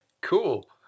Cool